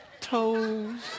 toes